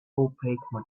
opaque